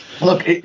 Look